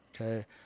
Okay